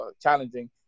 challenging